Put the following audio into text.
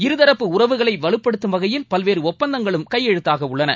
இருதரப்பு உறவுகளை வலுப்படுத்தும் வகையில் பல்வேறு ஒப்பந்தங்களும் கையெழுத்தாக உள்ளன